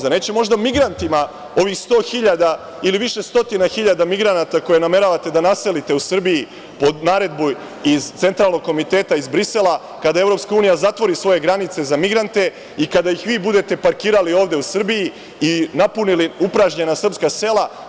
Da neće možda migrantima, ovih 100 hiljada ili više stotina hiljada migranata koje nameravate da naselite u Srbiji, po naredbi iz centralnog komiteta, iz Brisela, kada EU zatvori svoje granice za migrante i kada ih vi budete parkirali ovde u Srbiji i napunili upražnjena srpska sela?